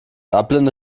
dublin